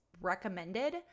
recommended